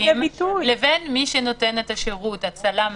לבין מי שנותן את השירות הצלם,